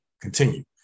Continue